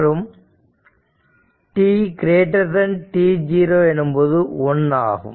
மற்றும் tt0 எனும்போது 1 ஆகும்